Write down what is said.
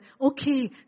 okay